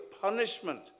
punishment